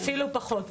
אפילו פחות.